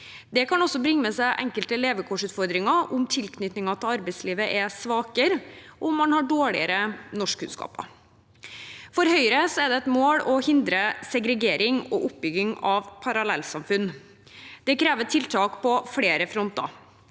Det kan også bringe med seg enkelte levekårsutfordringer om tilknytningen til arbeidslivet er svakere og om man har dårligere norskkunnskaper. For Høyre er det et mål å hindre segregering og oppbygging av parallellsamfunn. Det krever tiltak på flere fronter.